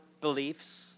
beliefs